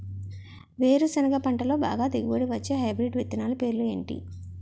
వేరుసెనగ పంటలో బాగా దిగుబడి వచ్చే హైబ్రిడ్ విత్తనాలు పేర్లు ఏంటి?